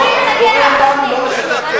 למה זה הסתה?